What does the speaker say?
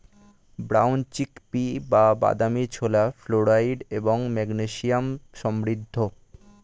brown chickpea বা বাদামী ছোলা ফ্লোরাইড এবং ম্যাগনেসিয়ামে সমৃদ্ধ